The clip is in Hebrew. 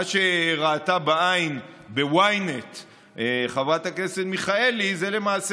מה שראתה בעין ב-ynet חברת הכנסת מיכאלי זה למעשה